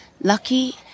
lucky